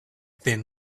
then